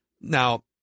Now